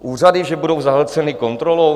Úřady že budou zahlceny kontrolou?